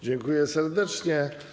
Dziękuję serdecznie.